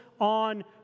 on